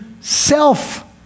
self